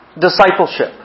discipleship